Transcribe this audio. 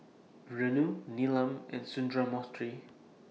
Renu Neelam and Sundramoorthy